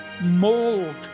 mold